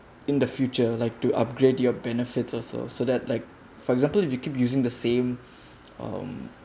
in the future like to upgrade your benefits also so that like for example if you keep using the same um